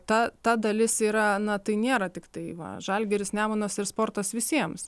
ta ta dalis yra na tai nėra tiktai va žalgiris nemunas ir sportas visiems